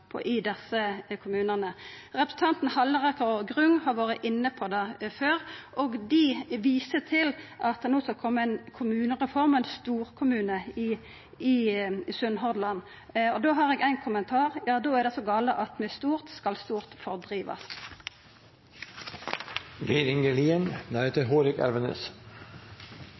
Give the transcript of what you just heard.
Arbeidarpartiet, i desse kommunane. Representantane Halleraker og Grung har vore inne på det før – dei viser til at det no skal kome ei kommunereform og ein storkommune i Sunnhordland. Då har eg éin kommentar: Då er det så gale at med stort skal stort fordrivast. Eit lensmannskontor skal etter